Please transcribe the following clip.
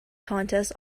contests